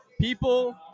People